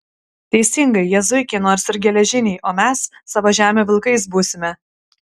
teisingai jie zuikiai nors ir geležiniai o mes savo žemių vilkais būsime